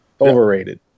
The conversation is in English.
Overrated